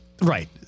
Right